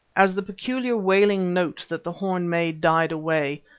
as the peculiar, wailing note that the horn made died away,